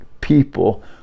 people